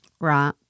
Right